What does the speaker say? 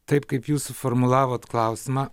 taip kaip jūs suformulavot klausimą